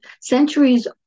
centuries